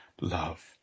love